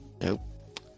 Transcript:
Nope